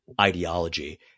ideology